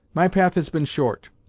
my path has been short,